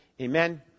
Amen